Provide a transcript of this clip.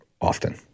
often